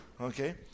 okay